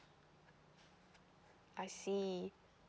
I see